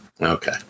Okay